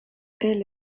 elle